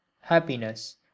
happiness